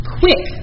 quick